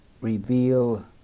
reveal